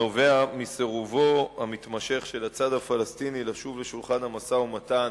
הנובע מסירובו המתמשך של הצד הפלסטיני לשוב לשולחן המשא-ומתן